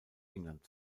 england